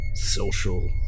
social